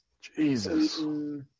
Jesus